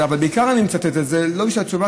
אבל בעיקר אני מצטט את זה לא בשביל התשובה